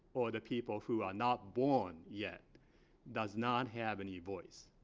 or the people who are not born yet does not have any voice.